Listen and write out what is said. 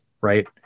right